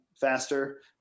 faster